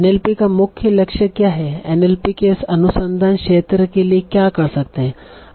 NLP का मुख्य लक्ष्य क्या है एनएलपी के इस अनुसंधान क्षेत्र के लिए क्या कर सकते है